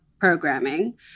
Programming